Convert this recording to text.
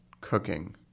cooking